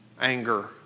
anger